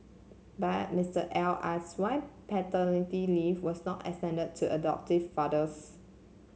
but Mister L asked why paternity leave was not extended to adoptive fathers